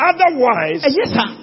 Otherwise